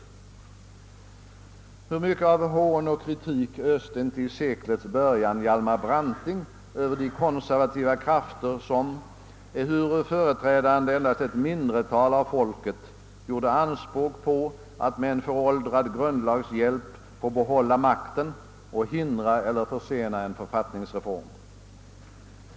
Hur mycket av hån och kritik öste inte i seklets början Hjalmar Branting över de konservativa krafter som — ehuru företrädande endast ett mindretal av folket — gjorde anspråk på att med en föråldrad grundlags hjälp få behålla makten och hindra eller försena en författningsreform!